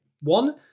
One